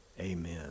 amen